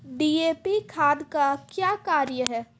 DAP खाद का क्या कार्य हैं?